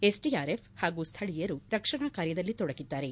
SDRF ಹಾಗೂ ಸ್ನಳೀಯರು ರಕ್ಷಣಾ ಕಾರ್ಯದಲ್ಲಿ ತೊಡಗಿದ್ದಾರೆ